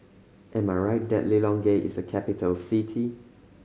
am I right that Lilongwe is a capital city